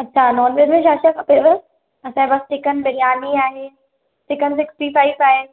अच्छा नॉनवेज में छा छा खपेव असांजे वटि चिकन बिरयानी आहे चिकन सिक्स्टी फ़ाइव आहे